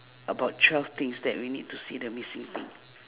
about twelve things that we need to see the missing thing